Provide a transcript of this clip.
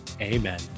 amen